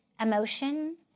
emotion